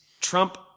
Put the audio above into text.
Trump